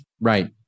Right